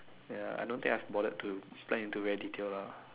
ya I don't think I've bothered to plan into very detail lah